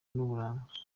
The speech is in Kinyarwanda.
n’uburanga